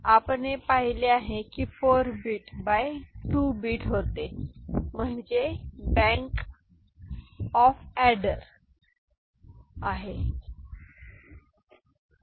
तर आपण हे पाहिले आहे की ते 4 बिट बाय 2 बिट होते ते म्हणजे बँक ऑफ बॅनर आहे जिथे आपण निकाल संपविला होता